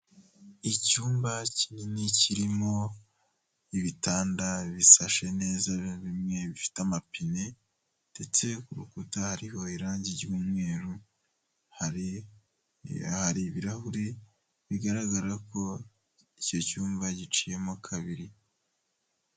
Icyumba kinini kirimo ibitanda bisashe neza bimwe bifite amapine ndetse ku rukuta hariho irangi ry'umweru hari ibirahuri bigaragara ko icyo cyumba giciyemo kabiri.